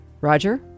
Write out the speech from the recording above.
Roger